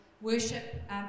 worship